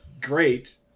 great